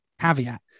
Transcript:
caveat